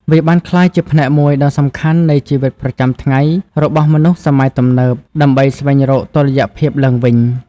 វាបានក្លាយជាផ្នែកមួយដ៏សំខាន់នៃជីវិតប្រចាំថ្ងៃរបស់មនុស្សសម័យទំនើបដើម្បីស្វែងរកតុល្យភាពឡើងវិញ។